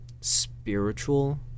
spiritual